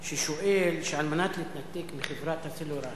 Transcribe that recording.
ששואל: על מנת להתנתק מחברת הסלולר,